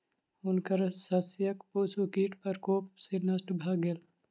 हुनकर शस्यक पुष्प कीट प्रकोप सॅ नष्ट भ गेल